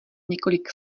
několik